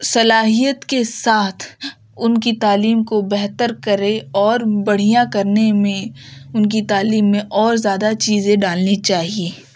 صلاحیت کے ساتھ ان کی تعلیم کو بہتر کرے اور بڑھیا کرنے میں ان کی تعلیم میں اور زیادہ چیزیں ڈالنی چاہیے